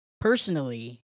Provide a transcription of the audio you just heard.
personally